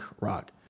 rock